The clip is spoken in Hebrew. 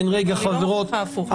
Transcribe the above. אני לא מוכיחה הפוך.